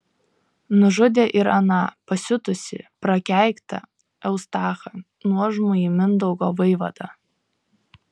nužudė ir aną pasiutusį prakeiktą eustachą nuožmųjį mindaugo vaivadą